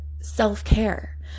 self-care